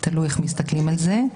תלוי איך מסתכלים על זה.